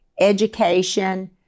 education